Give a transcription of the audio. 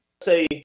say